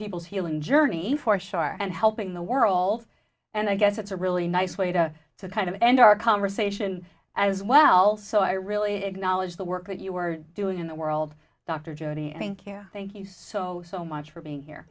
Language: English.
people's healing journey for sure and helping the world and i guess that's a really nice way to to kind of end our conversation as well so i really acknowledge the work that you are doing in the world dr jody n q thank you so so much for being here